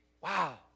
wow